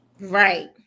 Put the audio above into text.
Right